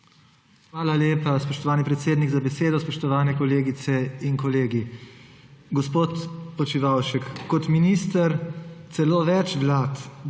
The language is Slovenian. Hvala lepa, spoštovani predsednik, za besedo. Spoštovani kolegice in kolegi! Gospod Počivalšek, kot minister, celo več vlad